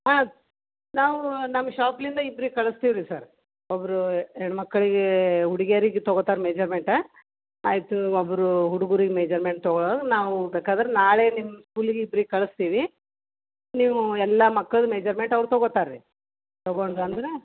ಹಾಂ ನಾವು ನಮ್ಮ ಷಾಪಿಂದ ಇಬ್ರಿಗೆ ಕಳ್ಸ್ತೀವಿ ರೀ ಸರ್ ಒಬ್ಬರು ಹೆಣ್ಮಕ್ಳಿಗೆ ಹುಡ್ಗಿಯರಿಗೆ ತಗೋತರೆ ಮೆಜರ್ಮೆಂಟ ಆಯಿತು ಒಬ್ಬರು ಹುಡ್ಗುರಿಗೆ ಮೆಜರ್ಮೆಂಟ್ ತಗೋಳಾಗ್ ನಾವು ಬೇಕಾದ್ರೆ ನಾಳೆ ನಿಮ್ಮ ಸ್ಕೂಲಿಗೆ ಇಬ್ರಿಗೆ ಕಳಿಸ್ತೀವಿ ನೀವು ಎಲ್ಲ ಮಕ್ಳದ್ದು ಮೆಜರ್ಮೆಂಟ್ ಅವ್ರು ತೊಗೋತಾರೆ ರೀ ತೊಗೊಂಡು ಬಂದ್ರೆ